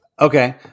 Okay